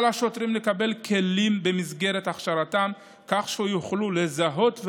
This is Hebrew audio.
על השוטרים לקבל כלים במסגרת הכשרתם כך שיוכלו לזהות,